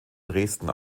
dresden